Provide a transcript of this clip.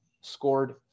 scored